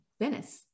Venice